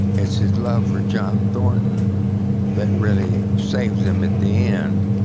it's his love for john thornton that really saves him at the end.